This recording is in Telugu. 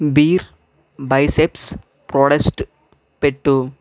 బీర్ బైసెప్స్ ప్రోడెస్ట్ పెట్టు